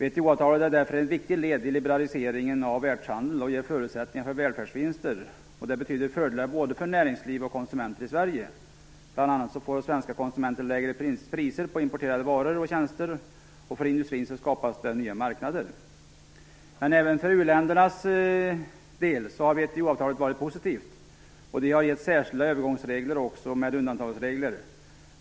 VHO-avtalet är därför ett viktigt led i liberaliseringen av världshandeln och ger förutsättningar för välfärdsvinster, vilket innebär fördelar för både näringsliv och konsumenter i Sverige. Bl.a. får svenska konsumenter lägre priser på importerade varor och tjänster, och för industrin har det skapats nya marknader. Även för u-ländernas del har VTO-avtalet varit positivt. De har getts särskilda övergångsregler och undantagsregler.